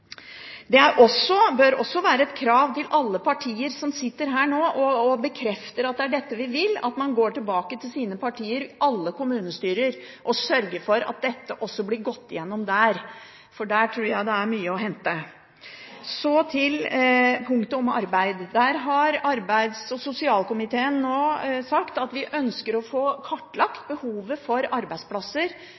Det bør også være et krav til alle partier som sitter her nå og bekrefter at det er det de vil, om å gå tilbake til sine partier i alle kommunestyrer og sørge for at dette blir gått gjennom der, for der tror jeg det er mye å hente. Så til punktet om arbeid. Der har vi i arbeids- og sosialkomiteen nå sagt at vi ønsker å få kartlagt behovet for varig tilrettelagte arbeidsplasser,